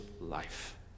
life